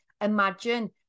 imagine